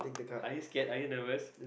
are you scared are you nervous